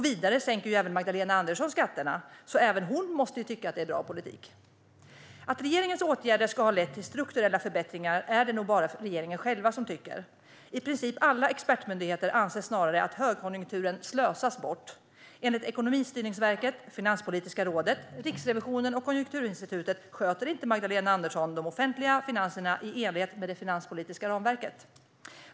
Vidare sänker även Magdalena Andersson skatterna, så även hon måste ju tycka att det är bra politik. Att regeringens åtgärder skulle ha lett till strukturella förbättringar är det nog bara regeringen själv som tycker. I princip alla expertmyndigheter anser snarare att högkonjunkturen slösas bort. Enligt Ekonomistyrningsverket, Finanspolitiska rådet, Riksrevisionen och Konjunkturinstitutet sköter inte Magdalena Andersson de offentliga finanserna i enlighet med det finanspolitiska ramverket.